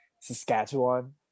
Saskatchewan